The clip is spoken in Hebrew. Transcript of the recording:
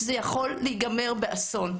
זה יכול להיגמר באסון.